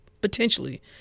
potentially